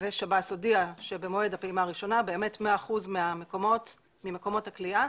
שב"ס הודיע שבמועד הפעימה הראשונה מאה אחוז ממקומות הכליאה